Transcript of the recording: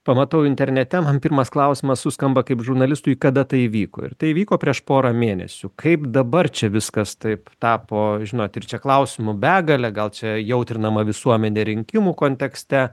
pamatau internete man pirmas klausimas suskamba kaip žurnalistui kada tai įvyko ir tai įvyko prieš porą mėnesių kaip dabar čia viskas taip tapo žinot ir čia klausimų begalė gal čia jautrinama visuomenė rinkimų kontekste